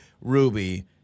Ruby